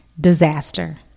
Disaster